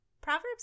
Proverbs